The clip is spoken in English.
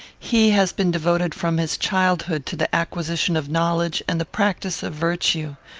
he has been devoted from his childhood to the acquisition of knowledge and the practice of virtue.